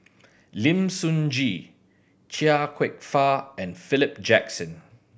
Lim Sun Gee Chia Kwek Fah and Philip Jackson